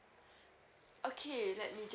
okay let me just